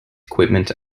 equipment